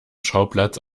schauplatz